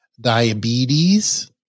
Diabetes